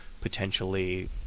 potentially